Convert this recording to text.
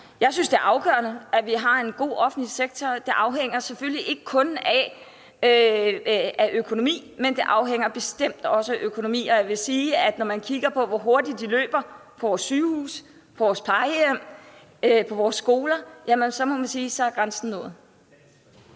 Jeg synes, at det er afgørende, at vi har en god offentlig sektor. Det afhænger selvfølgelig ikke kun af økonomi, men det afhænger bestemt også af økonomi, og jeg vil sige, når man kigger på, hvor hurtigt de løber på vores sygehuse, på vores plejehjem, på vores skoler, at så er grænsen nået.